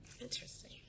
Interesting